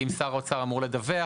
כי אם שר האוצר אמור לדווח